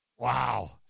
Wow